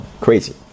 crazy